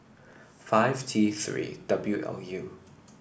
five T Three W L U